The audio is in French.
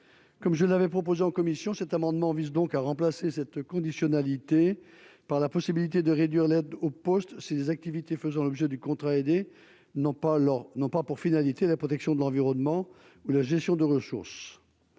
comme je l'avais proposé en commission cet amendement vise donc à remplacer cette conditionnalité par la possibilité de réduire l'aide au poste ses activités faisant l'objet du contrat aidé non pas leur non pas pour finalité la protection de l'environnement ou la gestion de ressources,